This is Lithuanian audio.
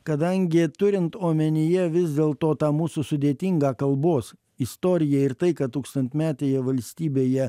kadangi turint omenyje vis dėlto tą mūsų sudėtingą kalbos istoriją ir tai kad tūkstantmetėje valstybėje